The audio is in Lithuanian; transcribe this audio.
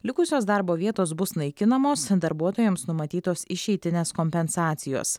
likusios darbo vietos bus naikinamos darbuotojams numatytos išeitinės kompensacijos